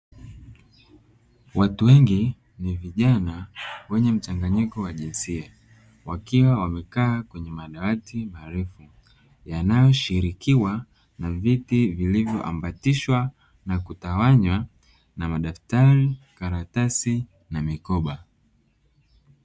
Watu wengi ni vijana wenye mchanganyiko wa jinsia wakiwa wamekaa kwenye madawati marefu yanayoshirikiwa na viti vilivyoambatishwa na kutawanywa na madaftari, karatasi na mikoba.